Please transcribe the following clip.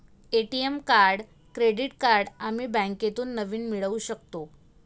ATM card credit card आम्ही बँकेतून नवीन मिळवू शकतो